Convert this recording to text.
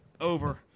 Over